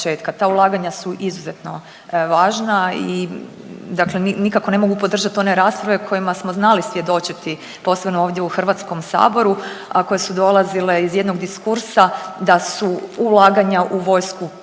Ta ulaganja su izuzetno važna i dakle nikako ne mogu podržati one rasprave kojima smo znali svjedočiti posebno ovdje u Hrvatskom saboru a koje su dolazile iz jedno diskursa da su ulaganja u vojsku previsoka